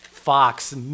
Fox